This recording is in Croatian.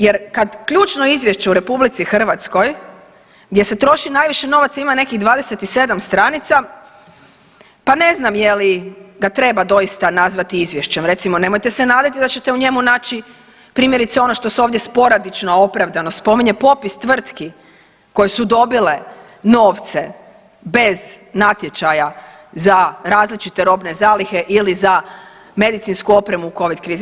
Jer kad ključno izvješće u Republici Hrvatskoj gdje se troši najviše novaca ima nekih 27 stranica, pa ne znam je li ga treba doista nazvati izvješćem recimo nemojte se nadati da ćete u njemu naći primjerice ono što se ovdje sporadično opravdano spominje, popis tvrtki koje su dobile novce bez natječaja za različite robne zalihe ili za medicinsku opremu u covid krizi.